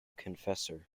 confessor